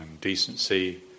decency